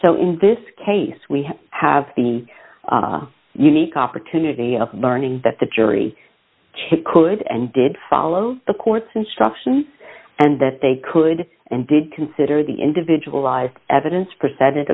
so in this case we have the unique opportunity of learning that the jury chip could and did follow the court's instructions and that they could and did consider the individualized evidence percent